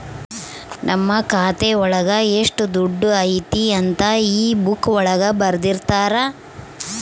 ನಮ್ ಖಾತೆ ಒಳಗ ಎಷ್ಟ್ ದುಡ್ಡು ಐತಿ ಅಂತ ಈ ಬುಕ್ಕಾ ಒಳಗ ಬರ್ದಿರ್ತರ